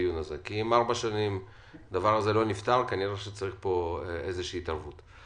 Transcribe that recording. הדבר הזה לא נפתר, כנראה שצריך איזו שהיא התערבות.